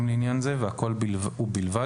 מנוף חינוכי וערכי מאוד גדול.